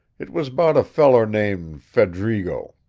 it was about a feller named fed'rigo.